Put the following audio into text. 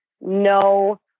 no